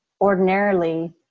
Ordinarily